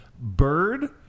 Bird